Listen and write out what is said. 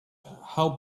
how